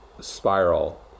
spiral